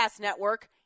Network